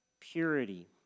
Purity